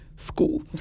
School